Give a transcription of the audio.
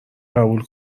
قبول